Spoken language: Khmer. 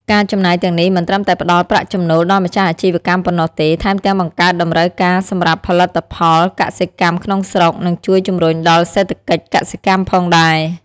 ការចំណាយទាំងនេះមិនត្រឹមតែផ្ដល់ប្រាក់ចំណូលដល់ម្ចាស់អាជីវកម្មប៉ុណ្ណោះទេ ថែមទាំងបង្កើតតម្រូវការសម្រាប់ផលិតផលកសិកម្មក្នុងស្រុក ដែលជួយជំរុញដល់សេដ្ឋកិច្ចកសិកម្មផងដែរ។